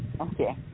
Okay